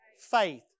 Faith